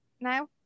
now